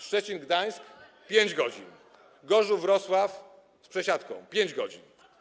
Szczecin-Gdańsk - 5 godzin. Gorzów-Wrocław, z przesiadką - 5 godzin.